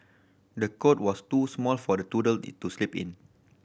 the cot was too small for the toddler to sleep in